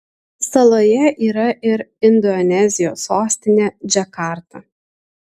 saloje yra ir indonezijos sostinė džakarta